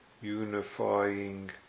unifying